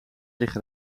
licht